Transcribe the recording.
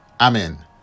Amen